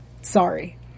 sorry